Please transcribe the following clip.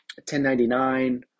1099